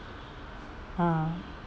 ha